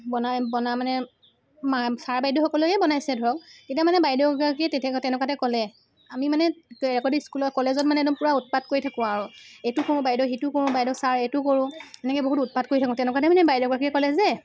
বনাই বনাই মানে মা ছাৰ বাইদেউসকলেই বনাইছে ধৰক তেতিয়া মানে বাইদেউগৰাকী তেনেকুৱাতে ক'লে আমি মানে আগতে স্কুলৰ কলেজত মানে একদম পূৰা উৎপাত কৰি থাকোঁ আৰু এইটো কৰোঁ বাইদেউ সিটো কৰোঁ বাইদেউ ছাৰ এইটো কৰোঁ এনেকৈ বহুত উৎপাত কৰি থাকোঁ তেনেকুৱাতে মানে বাইদেউগৰাকীয়ে ক'লে যে